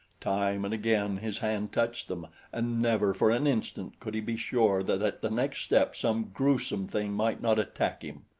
time and again his hand touched them and never for an instant could he be sure that at the next step some gruesome thing might not attack him.